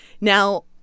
Now